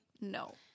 no